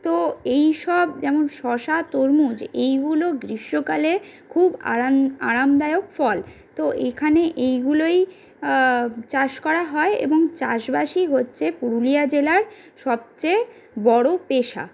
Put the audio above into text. তো এই সব যেমন শশা তরমুজ এইগুলো গ্রীষ্মকালে খুব আরাম আরামদায়ক ফল তো এখানে এইগুলোই চাষ করা হয় এবং চাষবাসই হচ্ছে পুরুলিয়া জেলার সবচেয়ে বড়ো পেশা